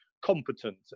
competent